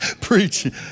preach